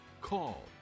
call